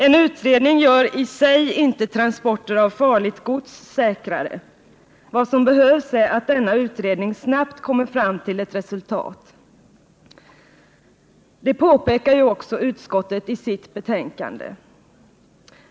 En utredning gör i sig inte transporter av farligt gods säkrare, utan vad som behövs är att denna utredning snabbt kommer fram till ett resultat. Det påpekar ju också utskottet i sitt betänkande.